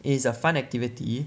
it is a fun activity